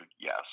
yes